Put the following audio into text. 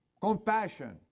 compassion